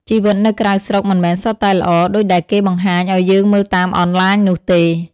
ជីវិតនៅក្រៅស្រុកមិនមែនសុទ្ធតែ "ល្អ" ដូចដែលគេបង្ហាញឱ្យយើងមើលតាមអនឡាញនោះទេ។